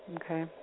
Okay